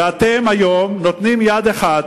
ואתם היום עושים יד אחת,